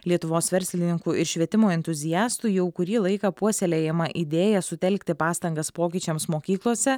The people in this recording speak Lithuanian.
lietuvos verslininkų ir švietimo entuziastų jau kurį laiką puoselėjama idėja sutelkti pastangas pokyčiams mokyklose